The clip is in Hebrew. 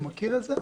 הוא מכיר את זה?